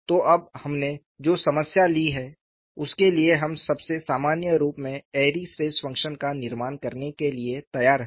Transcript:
तो अब हमने जो समस्या ली है उसके लिए हम सबसे सामान्य रूप में एयरी स्ट्रेस फंक्शन का निर्माण करने के लिए तैयार हैं